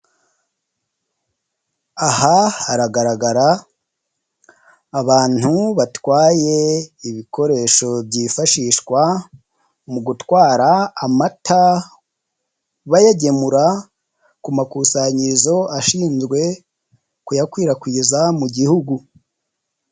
Aha haragaragara abantu batwaye ibikoresho byifashishwa mu gutwara amata. Bayagemura ku makusanyirizo ashinzwe kuyakwirakwiza mu Gihugu.